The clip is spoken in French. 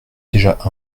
déjà